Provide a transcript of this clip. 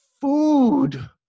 food